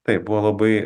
taip buvo labai